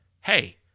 Hey